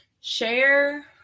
Share